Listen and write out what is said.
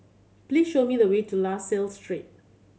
please show me the way to La Salle Street